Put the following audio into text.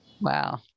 Wow